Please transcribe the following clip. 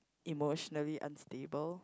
emotionally unstable